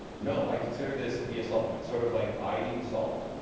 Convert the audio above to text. no. i consider this to be a supplement. sort of like iodine salts.